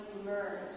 emerge